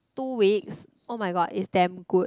two weeks oh-my-god is damn good